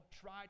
try